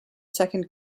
second